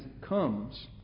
comes